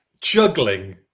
Juggling